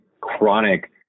chronic –